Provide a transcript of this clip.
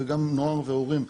וגם נוער והורים,